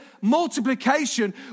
multiplication